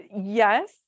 Yes